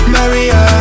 Maria